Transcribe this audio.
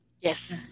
yes